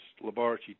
laboratory